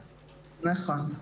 נכון,